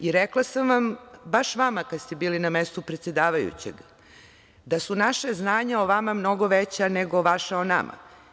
I rekla sam vam, baš vama kada ste bili na mestu predsedavajućeg, da su naša znanja o vama mnogo veća nego vaša o nama.